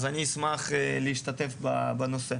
אני אשמח להשתתף בנושא.